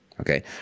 okay